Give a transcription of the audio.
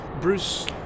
Bruce